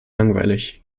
langweilig